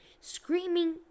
screaming